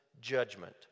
judgment